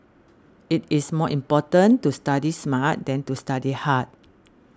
it is more important to study smart than to study hard